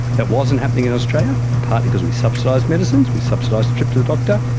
that wasn't happening in australia, partly because we subsidised medicines, we subsidised the trip to the doctor,